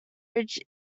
ridge